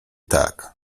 tak